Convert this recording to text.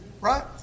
Right